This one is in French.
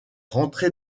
rentrer